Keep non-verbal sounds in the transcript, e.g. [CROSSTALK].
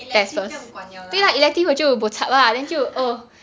elective 不用管 liao lah [LAUGHS]